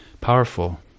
powerful